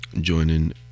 joining